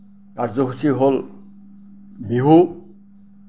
কাৰ্যসূচী হ'ল বিহু